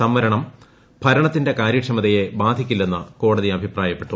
സംവരണം ഭരണത്തിന്റെ കാര്യക്ഷമതയെ ബാധിക്കില്ലെന്ന് കോടതി അഭിപ്രായപ്പെട്ടു